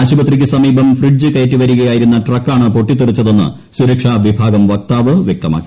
ആശുപത്രിയ്ക്ക് സമീപം ഫ്രിഡ്ജ് കയറ്റി വരികയായിരുന്ന ട്രക്കാണ് പൊട്ടിത്തെറിച്ചതെന്ന് സുരക്ഷാ വിഭാഗം വക്താവ് വ്യക്തമാക്കി